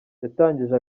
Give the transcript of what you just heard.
yatangije